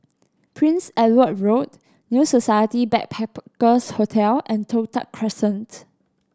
Prince Edward Road New Society Backpackers' Hotel and Toh Tuck Crescent